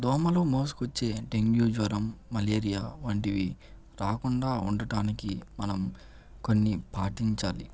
దోమలు మోసుకొచ్చే డెంగ్యూ జ్వరం మలేరియా వంటివి రాకుండా ఉండటానికి మనం కొన్ని పాటించాలి